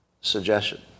suggestion